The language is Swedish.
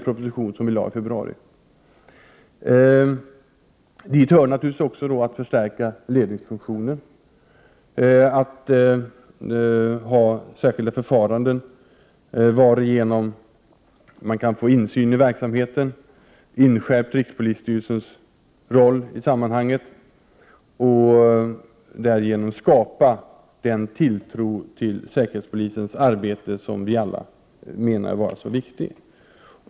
Dit hör naturligtvis att förstärka ledningsfunktionen, att ha särskilda förfaranden varigenom man kan få insyn i verksamheten, att inskärpa rikspolisstyrelsens roll i sammanhanget och därigenom skapa den tilltro till säkerhetspolisens arbete som vi alla menar vara så viktig.